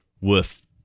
worth